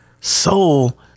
soul